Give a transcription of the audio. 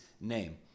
name